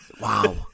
wow